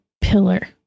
pillar